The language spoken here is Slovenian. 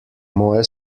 moje